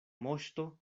moŝto